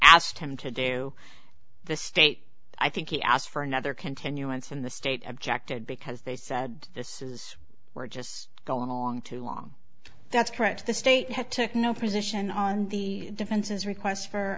asked him to do the state i think he asked for another continuance in the state objected because they said this is we're just going along too long that's correct the state had took no position on the defense's request for